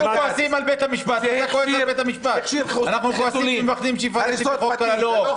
כועסים על בית המשפט אם מפרים שוויון על בסיס חוק הלאום,